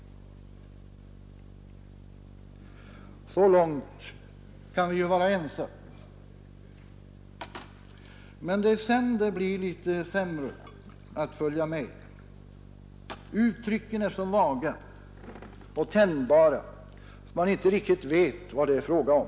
Och så långt kan vi ju vara ense. Men sedan blir det litet sämre möjligheter att följa med. Uttrycken är så vaga och tänjbara att man inte riktigt vet vad det är fråga om.